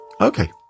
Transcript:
Okay